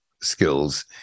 skills